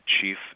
Chief